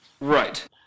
Right